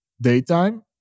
daytime